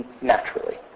naturally